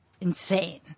insane